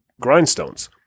grindstones